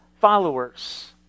followers